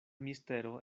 mistero